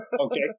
Okay